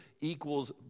equals